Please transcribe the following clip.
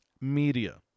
media